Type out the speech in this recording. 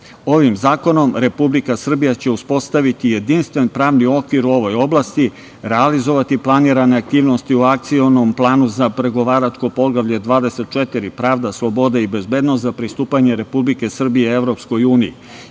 zakonom Republika Srbija će uspostaviti jedinstven pravni okvir u ovoj oblasti, realizovati planirane aktivnosti u Akcionom planu za Pregovaračko poglavlje 24 – pravda, sloboda i bezbednost za pristupanje Republike Srbije Evropskoj uniji.